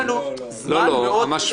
שזה יכול לחול על אנשים, נניח, בעוד עשר שנים.